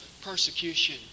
persecution